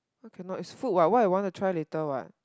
why cannot it's food what what I wanna try later what